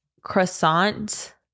croissants